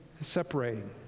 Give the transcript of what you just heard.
separating